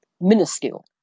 minuscule